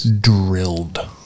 drilled